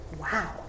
wow